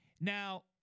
Now